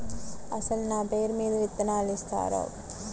అసలు నా పేరు మీద విత్తనాలు ఇస్తారా?